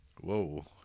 Whoa